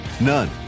None